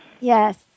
Yes